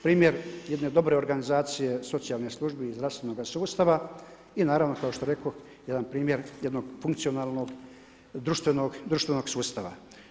Primjer jedne dobre organizacije socijalne službi i zdravstvenoga sustava i naravno, kao što rekoh, jedan primjer, jednog funkcionalnog društvenog sustava.